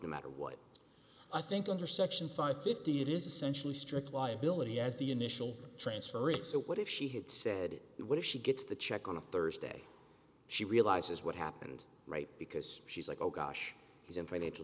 to matter what i think under section five fifty it is essentially strict liability as the initial transfer if the what if she had said what if she gets the check on a thursday she realizes what happened right because she's like oh gosh he's in financial